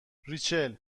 ریچل